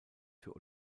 für